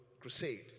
crusade